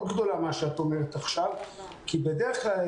גדולה מה שאת אומרת עכשיו כי בדרך כלל,